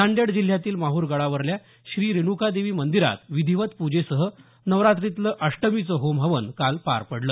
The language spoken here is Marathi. नांदेड जिल्ह्यातील माहूर गडावरल्या श्री रेणुकादेवी मंदिरात विधिवत पुजेसह नवरात्रीतलं अष्टमीचं होमहवन काल पार पडलं